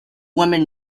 women